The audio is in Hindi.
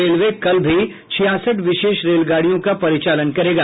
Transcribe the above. रेलवे कल भी छियासठ विशेष रेलगाड़ियों का परिचालन करेगा